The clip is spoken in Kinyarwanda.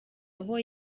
aho